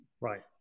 Right